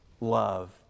love